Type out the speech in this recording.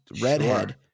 Redhead